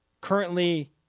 currently